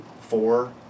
Four